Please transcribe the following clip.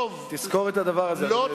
תזכור את הדבר הזה, אדוני היושב-ראש.